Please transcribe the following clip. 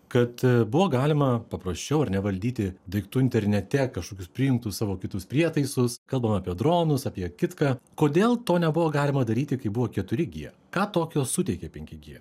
kad buvo galima paprasčiau ar ne valdyti daiktų internete kažkokius priimtus savo kitus prietaisus kalbam apie dronus apie kitką kodėl to nebuvo galima daryti kai buvo keturi gie ką tokio suteikė penki gie